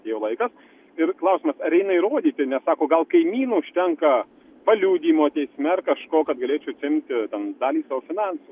jau laikas ir klausimas ar eina įrodyti gal kaimynų užtenka paliudijimo teisme ar kažko kad galėčiau atsiimti dalį savo finansų